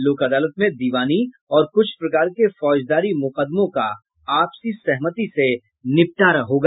लोक अदालत में दिवानी और कुछ प्रकार के फौजदारी मुकदमों का आपसी सहमति से निपटारा होगा